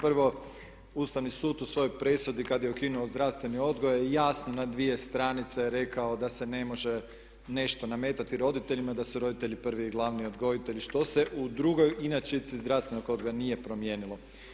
Prvo, Ustavni sud u svojoj presudi kad je ukinuo zdravstveni odgoj je jasno na 2 stranice rekao da se ne može nešto nametati roditeljima da su roditelji prvi i glavni odgojitelji što se u drugoj inačici zdravstvenog odgoja nije promijenilo.